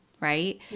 right